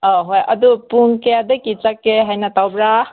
ꯑꯥꯎ ꯍꯣꯏ ꯑꯗꯣ ꯄꯨꯡ ꯀꯌꯥꯗꯒꯤ ꯆꯠꯀꯦ ꯍꯥꯏꯅ ꯇꯧꯕ꯭ꯔꯥ